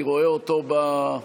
אני רואה אותו ביציע.